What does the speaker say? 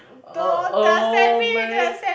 oh oh man